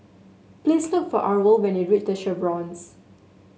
please look for Arvel when you reach The Chevrons